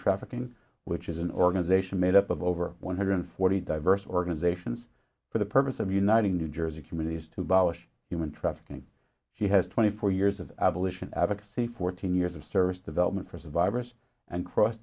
trafficking which is an organization made up of over one hundred forty diverse organizations for the purpose of uniting new jersey communities to bausch human trafficking she has twenty four years of abolition advocacy fourteen years of service development for survivors and cross